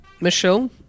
Michelle